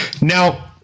now